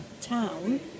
town